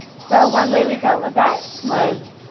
so one way we dealt with that was,